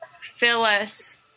Phyllis